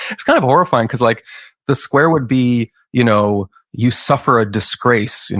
it's kind of horrifying cause like the square would be you know you suffer a disgrace, and